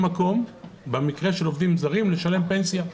מקום במקרה של עובדים זרים לשלם פנסיה.